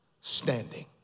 standing